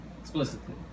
explicitly